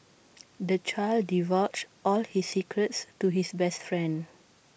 the child divulged all his secrets to his best friend